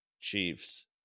Chiefs